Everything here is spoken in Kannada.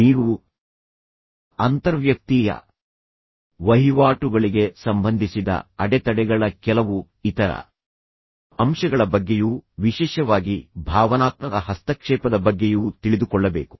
ನೀವು ಅಂತರ್ವ್ಯಕ್ತೀಯ ವಹಿವಾಟುಗಳಿಗೆ ಸಂಬಂಧಿಸಿದ ಅಡೆತಡೆಗಳ ಕೆಲವು ಇತರ ಅಂಶಗಳ ಬಗ್ಗೆಯೂ ವಿಶೇಷವಾಗಿ ಭಾವನಾತ್ಮಕ ಹಸ್ತಕ್ಷೇಪದ ಬಗ್ಗೆಯೂ ತಿಳಿದುಕೊಳ್ಳಬೇಕು